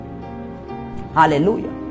Hallelujah